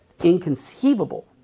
inconceivable